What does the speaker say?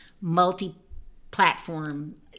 multi-platform